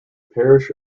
parish